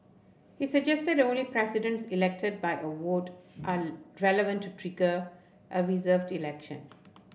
he suggested that only presidents elected by a would are relevant to trigger a reserved election